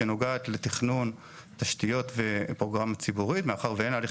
שנוגעת לתכנון תשתיות ופרוגרם ציבורי מאחר ואין הליך